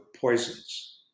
poisons